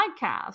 podcast